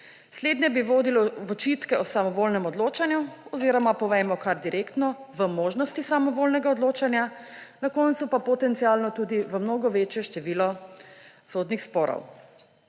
Slednje bi vodilo v očitke o samovoljnem odločanju ‒ oziroma povejmo kar direktno – v možnosti samovoljnega odločanja, na koncu pa potencialno tudi v mnogo večje število sodnih sporov.